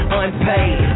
unpaid